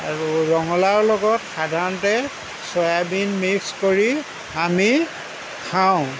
আৰু ৰঙালাওৰ লগত সাধাৰণতে চয়াবিন মিক্স কৰি আমি খাওঁ